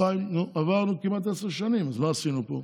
2013, עברנו כמעט עשר שנים, אז מה עשינו פה?